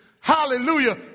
hallelujah